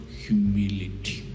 humility